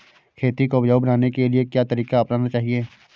खेती को उपजाऊ बनाने के लिए क्या तरीका अपनाना चाहिए?